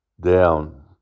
down